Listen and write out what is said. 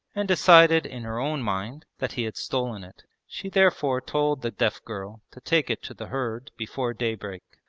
and decided in her own mind that he had stolen it. she therefore told the deaf girl to take it to the herd before daybreak.